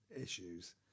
issues